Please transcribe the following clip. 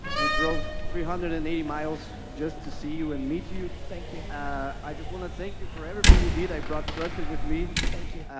we drove three hundred and eighty miles just to see you and meet you. thank you. i just want to thank you for everything you did. i brought pro-russian with me. thank you.